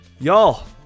Y'all